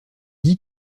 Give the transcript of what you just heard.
dit